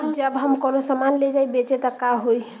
जब हम कौनो सामान ले जाई बेचे त का होही?